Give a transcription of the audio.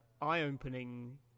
eye-opening